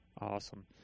awesome